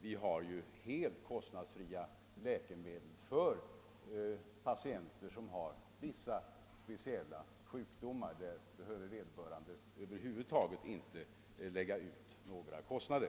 vi har helt kostnadsfria läkemedel för patienter som har vissa speciella sjukdomar; i sådana fall behöver vederbörande över huvud taget inte lägga ut några pengar.